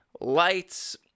lights